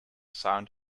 sound